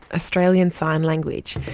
australian sign language,